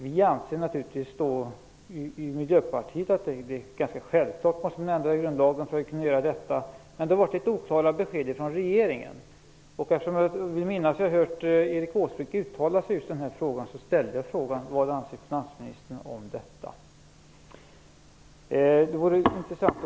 Vi i Miljöpartiet anser att det är självklart att man måste ändra i grundlagen för att kunna göra detta, men det har varit litet oklara besked från regeringen. Eftersom jag vill minnas att jag hört Erik Åsbrink uttala sig om just detta ställde jag frågan vad finansministern anser om detta.